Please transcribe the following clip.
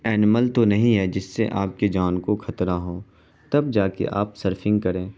animal تو نہیں ہے جس سے آپ کی جان کو خطرہ ہو تب جا کے آپ سرفنگ کریں